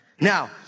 Now